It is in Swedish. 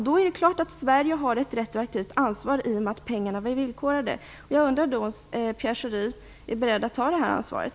Då är det klart att Sverige har ett retroaktivt ansvar, i och med att pengarna var villkorade. Jag undrar om Pierre Schori är beredd att ta det här ansvaret.